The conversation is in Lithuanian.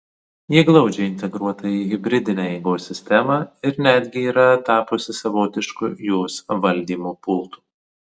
ji glaudžiai integruota į hibridinę eigos sistemą ir netgi yra tapusi savotišku jos valdymo pultu